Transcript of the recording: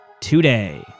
today